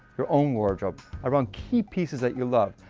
your um wardrobe, around key pieces that you love,